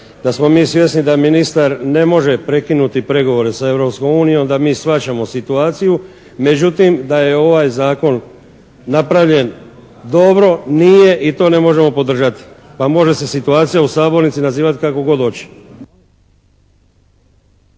da smo mi svjesni da ministar ne može prekinuti pregovore sa Europskom unijom da mi shvaćamo situaciju, međutim da je ovaj Zakon napravljen dobro nije i to ne možemo podržati, pa može se situacija u sabornici nazivati kako god hoće.